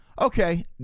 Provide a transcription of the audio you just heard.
Okay